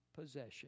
possession